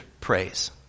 praise